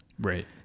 right